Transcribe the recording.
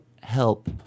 help